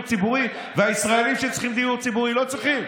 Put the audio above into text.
ציבורי והישראלים שצריכים דיור ציבורי לא צריכים?